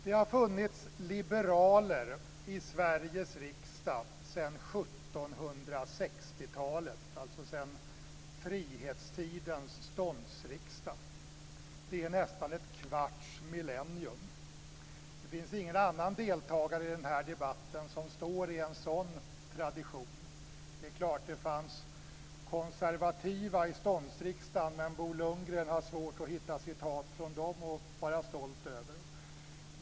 Det har funnits liberaler i Sveriges riksdag sedan Det är nästan ett kvarts millennium. Det finns ingen annan deltagare i denna debatt som har en sådan tradition. Det är klart att det fanns konservativa i ståndsriksdagen. Men Bo Lundgren har svårt att hitta citat från dem att vara stolt över.